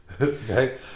Okay